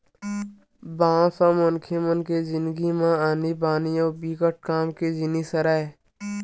बांस ह मनखे मन के जिनगी म आनी बानी अउ बिकट काम के जिनिस हरय